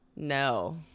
No